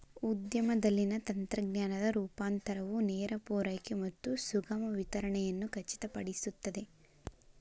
ಉದ್ಯಮದಲ್ಲಿನ ತಂತ್ರಜ್ಞಾನದ ರೂಪಾಂತರವು ನೇರ ಪೂರೈಕೆ ಮತ್ತು ಸುಗಮ ವಿತರಣೆಯನ್ನು ಖಚಿತಪಡಿಸುತ್ತದೆ